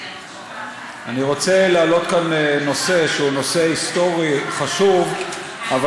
גברתי היושבת-ראש, חברי הכנסת, תמשיך, בבקשה.